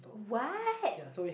what